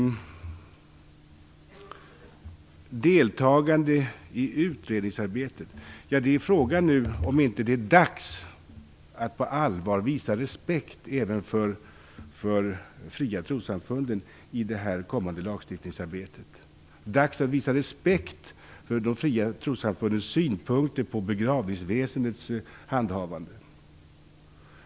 Frågan är nu om det inte är dags att på allvar visa respekt även för de fria trossamfunden i det kommande lagstiftningsarbetet. Det är dags att visa respekt för de fria trossamfundens synpunkter på begravningsväsendets handhavande.